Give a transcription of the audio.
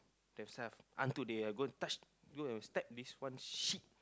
them self until they are going touch going to stack this one shit